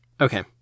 Okay